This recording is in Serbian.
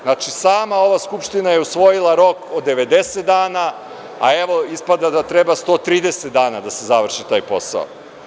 Znači, sama ova Skupština je usvojila rok od 90 dana, a evo ispada da treba 130 dana da se završi taj posao.